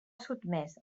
sotmès